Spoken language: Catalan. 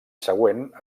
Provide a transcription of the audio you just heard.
següent